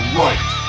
right